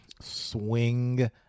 Swing